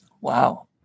Wow